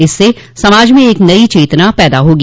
इससे समाज में एक नई चेतना पैदा होगी